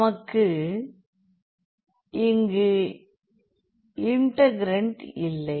நமக்கு இங்கு இன்டெகிரன்ட் இல்லை